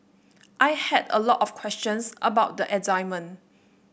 I had a lot of questions about the assignment